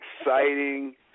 exciting